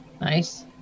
nice